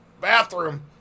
bathroom